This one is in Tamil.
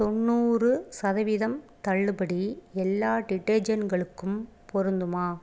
தொண்ணூறு சதவீதம் தள்ளுபடி எல்லா டிடர்ஜெண்ட்களுக்கும் பொருந்துமா